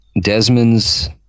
Desmond's